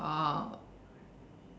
oh